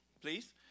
please